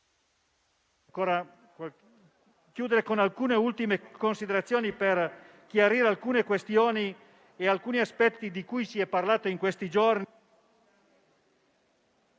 Voglio chiudere con alcune considerazioni per chiarire talune questioni e certi aspetti di cui si è parlato in questi giorni,